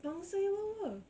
gang~ say lor